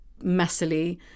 messily